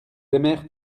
aimèrent